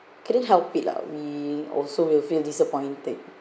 couldn't help it lah we also will feel disappointed